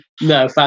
No